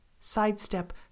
Sidestep